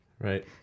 Right